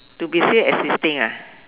to be still existing ah